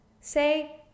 say